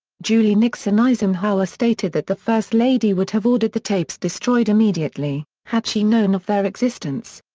julie nixon eisenhower stated that the first lady would have ordered the tapes destroyed immediately, had she known of their existence.